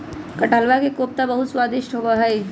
कटहलवा के कोफ्ता बहुत स्वादिष्ट होबा हई